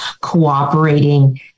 cooperating